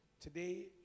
Today